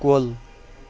کۄل